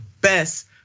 best